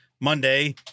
Monday